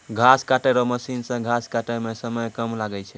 घास काटै रो मशीन से घास काटै मे समय कम लागै छै